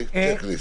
לא דיברנו.